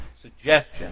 suggestion